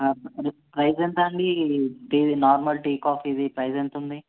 అది ప్రైస్ ఎంత అండి టీ నార్మల్ టీ కాఫీవి ప్రైస్ ఎంతుంది